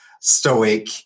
stoic